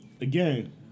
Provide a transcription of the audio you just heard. Again